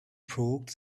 provoked